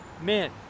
Men